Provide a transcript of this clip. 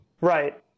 Right